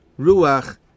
Ruach